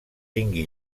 tingui